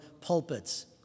pulpits